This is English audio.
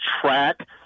track